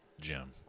Jim